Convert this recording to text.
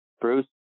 Bruce